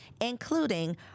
including